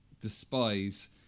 despise